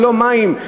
ללא מים.